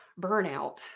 burnout